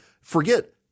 forget